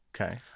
Okay